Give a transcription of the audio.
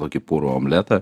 tokį purų omletą